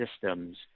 systems